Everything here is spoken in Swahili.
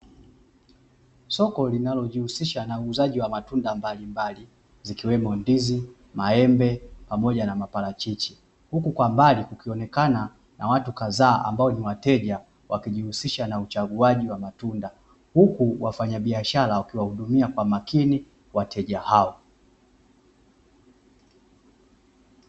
Soko linalojihusisha na uuzaji wa matunda mbalimbali zikiwemo ndizi, maembe pamoja na maparachichi. huku kwa mbali kukionekana na watu kadhaa ambao ni wateja wakijihusisha na uchaguaji wa matunda huku wafanyabiashara wakiwahudumia kwa makini wateja hao.